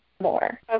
more